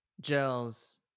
gels